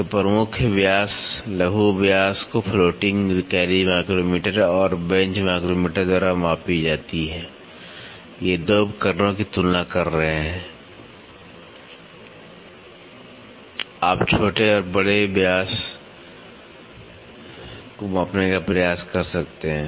तो प्रमुख व्यास लघु व्यास को फ्लोटिंग कैरिज माइक्रोमीटर और बेंच माइक्रोमीटर द्वारा मापा जा सकता है ये 2 उपकरणों की तुलना कर रहे हैं आप बड़े और छोटे व्यास को मापने का प्रयास कर सकते हैं